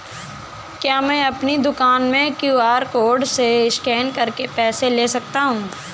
क्या मैं अपनी दुकान में क्यू.आर कोड से स्कैन करके पैसे ले सकता हूँ?